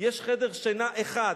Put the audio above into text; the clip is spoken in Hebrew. יש חדר שינה אחד,